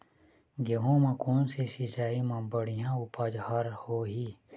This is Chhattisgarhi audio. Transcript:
गेहूं म कोन से सिचाई म बड़िया उपज हर होही?